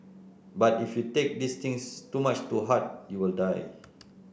but if you take these things too much to heart you will die